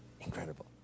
Incredible